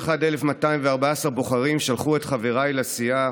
1,151,214 בוחרים שלחו את חבריי לסיעה